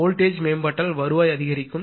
voltage மேம்பாட்டால் வருவாய் அதிகரிக்கும்